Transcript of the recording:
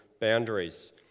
boundaries